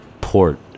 port